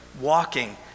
walking